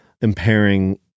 impairing